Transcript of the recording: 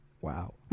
Wow